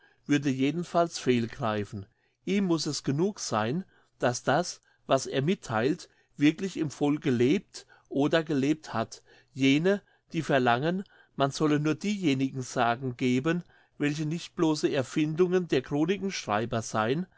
würde jedenfalls fehl greifen ihm muß es genug seyn daß das was er mittheilt wirklich im volke lebt oder gelebt hat jene die verlangen man solle nur diejenigen sagen geben welche nicht bloße erfindungen der chronikenschreiber seyen